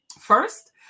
first